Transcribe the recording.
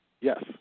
Yes